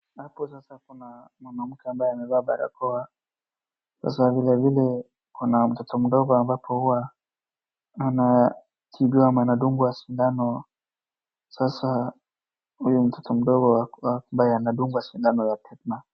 Hapo sasa kuna mwanamke amabye amevaa barakoa sasa vile kuna mtoto mdogo ambapo huwa anatibiwa ma anadungwa sindano. Sasa huyu mtoto mdogo ambaye anadungwa sindano ya tetenus .